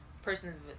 person